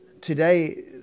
Today